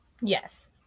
Yes